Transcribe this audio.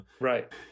Right